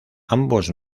ambos